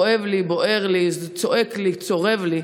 כואב לי, בוער לי, צועק לי, צורב לי.